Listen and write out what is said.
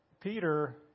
Peter